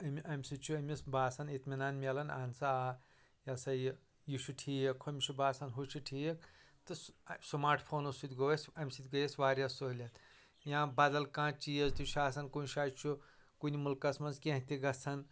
أمہِ امہِ سۭتۍ چھُ أمِس باسان اطمنان مِلان اہن سا آ یہِ ہسا یہِ یہِ چھُ ٹھیٖک ہُمِس چھُ باسان ہُہ چھُ ٹھیٖک تہٕ سمارٹ فونو سۭتۍ گوٚو اسہِ امہِ سۭتۍ گٔیے اسہِ واریاہ سہلوٗلیت یا بدل کانٛہہ چیٖز تہِ چھُ اسان کُنہِ جایہِ چھُ کُنہِ مُلکس منٛز کینٛہہ تہِ گژھان